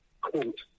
quote